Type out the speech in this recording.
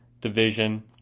Division